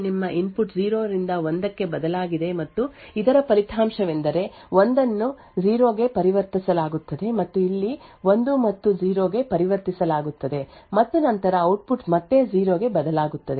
ಆದ್ದರಿಂದ ಈಗ ಹ್ಯಾಂಡ್ಸೆಟ್ ಗೆ ನಿಮ್ಮ ಇನ್ಪುಟ್ 0 ರಿಂದ 1 ಕ್ಕೆ ಬದಲಾಗಿದೆ ಮತ್ತು ಇದರ ಫಲಿತಾಂಶವೆಂದರೆ 1 ಅನ್ನು 0 ಗೆ ಪರಿವರ್ತಿಸಲಾಗುತ್ತದೆ ಮತ್ತು ಇಲ್ಲಿ 1 ಮತ್ತು 0 ಗೆ ಪರಿವರ್ತಿಸಲಾಗುತ್ತದೆ ಮತ್ತು ನಂತರ ಔಟ್ಪುಟ್ ಮತ್ತೆ 0 ಗೆ ಬದಲಾಗುತ್ತದೆ